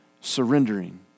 surrendering